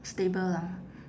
stable lah